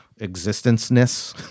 existence-ness